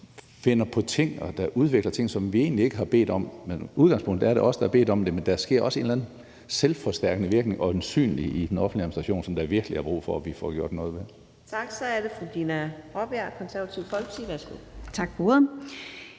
finder på ting og udvikler ting, som vi egentlig ikke har bedt om. I udgangspunktet er det os, der har bedt om det, men der sker øjensynligt også en eller anden selvforstærkende virkning i den offentlige administration, som der virkelig er brug for at vi får gjort noget ved. Kl. 18:14 Fjerde næstformand (Karina Adsbøl): Tak.